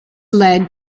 led